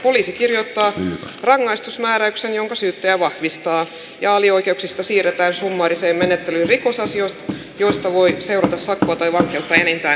poliisi kirjoittaa rangaistusmääräyksen jonka syyttäjä vahvistaa ja alioikeuksista siirretään summaariseen menettelyyn rikosasiat joista voi seurata sakkoa tai vankeutta enintään kaksi vuotta